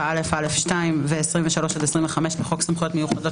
7א(א)(2) ו-23 עד 25 לחוק סמכויות מיוחדות